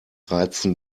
reizen